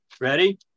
ready